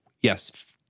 yes